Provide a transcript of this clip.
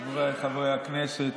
חבריי חברי הכנסת,